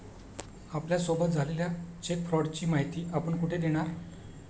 आपल्यासोबत झालेल्या चेक फ्रॉडची माहिती आपण कुठे देणार?